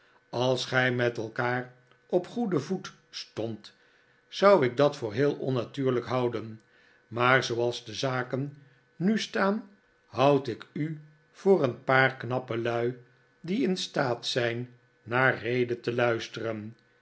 als gij met elkaar op goeden voet stondt zou ik dat voor heel onnatuurlijk houden maar zooals de zaken nu staan houd ik u voor een paar knappe lui die in staat zijn naar rede te luisteren